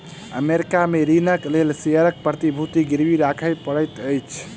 America में ऋणक लेल शेयरक प्रतिभूति गिरवी राखय पड़ैत अछि